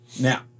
now